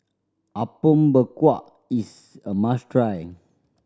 Apom Berkuah is a must try